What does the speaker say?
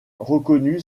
reconnu